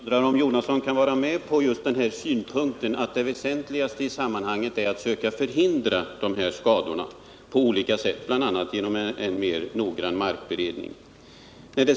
Herr talman! Jag hoppas att Bertil Jonasson kan hålla med om att det väsentligaste i sammanhanget är att söka förhindra dessa skador på olika sätt, bl.a. genom en mer noggrann markberedning.